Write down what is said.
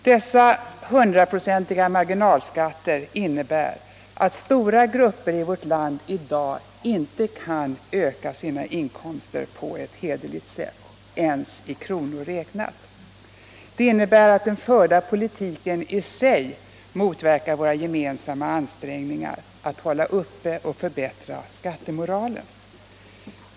Dessa hundraprocentiga marginalskatter innebär att stora grupper i vårt land i dag inte på ett hederligt sätt kan öka sina inkomster ens i kronor räknat. Det innebär vidare att den förda politiken i sig motverkar våra gemensamma ansträngningar att hålla uppe och förbättra skattemoralen.